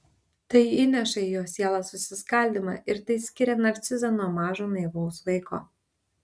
tai įneša į jo sielą susiskaldymą ir tai skiria narcizą nuo mažo naivaus vaiko